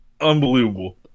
Unbelievable